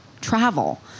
travel